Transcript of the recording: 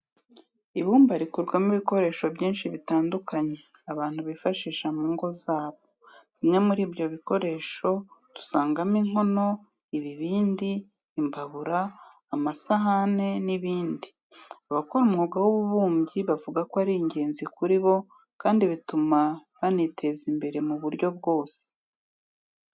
Ibumba rikorwamo ibikoresho byinshi bitandukanye abantu bifashisha mu ngo zabo. Bimwe muri ibyo bikoresho dusangamo inkono, ibibindi, imbabura, amasahane n'ibindi. Abakora umwuga w'ububumbyi bavuga ko ari ingenzi kuri bo kandi bituma baniteza imbere mu buryo bwose.